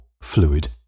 fluid